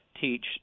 teach